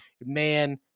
Man